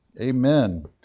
Amen